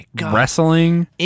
wrestling